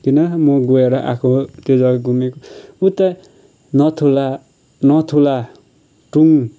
किन म गएर आएको हो त्यो जग्गा घुमे उत्ता नथुला नथुला टुङ